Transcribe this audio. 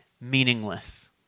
meaningless